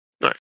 Right